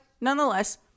nonetheless